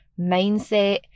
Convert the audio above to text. mindset